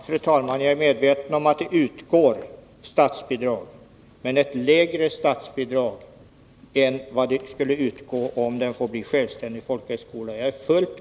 Fru talman! Jag är fullt medveten om att det utgår statsbidrag, men det är ett lägre statsbidrag än vad som skulle utgå om skolan fick bli en självständig folkhögskola.